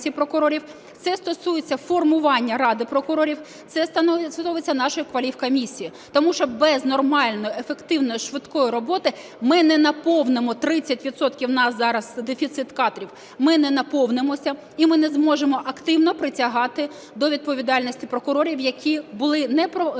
це стосується формування Ради прокурорів, це стосується нашої Кваліфкомісії. Тому що без нормальної ефективної, швидкої роботи ми не наповнимо, 30 відсотків у нас зараз дефіцит кадрів, ми не наповнимося, і ми не зможемо активно притягати до відповідальності прокурорів, які були неетичні,